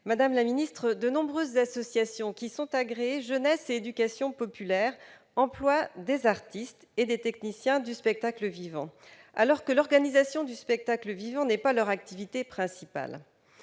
de vos compétences. De nombreuses associations agréées « jeunesse et éducation populaire » emploient des artistes et des techniciens du spectacle vivant, alors que l'organisation de spectacle vivant n'est pas leur activité principale.